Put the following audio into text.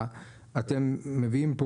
לא, את המשרד היא מחייבת דוד.